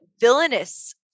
villainous